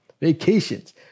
vacations